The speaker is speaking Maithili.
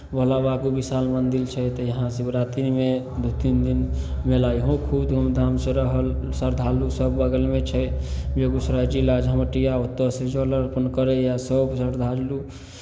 भोलाबाबाके विशाल मन्दिर छै तऽ यहाँ शिवरात्रिमे दू तीन दिन मेला इहो खूब धूमधामसँ रहल श्रद्धालुसभ बगलमे छै बेगूसराय जिला झमटिया ओतयसँ जल अर्पण करैए सभ श्रद्धालु